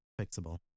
Fixable